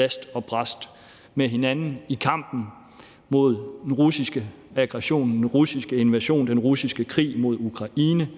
last og brast med hinanden i kampen mod den russiske aggression, den russiske invasion, den russiske krig mod Ukraine,